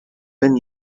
been